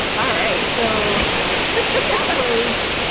all right. so that was